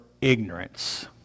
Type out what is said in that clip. ignorance